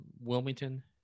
wilmington